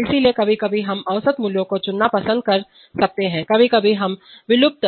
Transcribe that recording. इसलिए कभी कभी हम औसत मूल्यों को चुनना पसंद कर सकते हैं कभी कभी हम विलुप्त